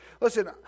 Listen